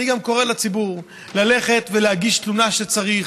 אני גם קורא לציבור ללכת ולהגיש תלונה כשצריך,